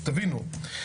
תבינו,